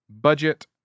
Budget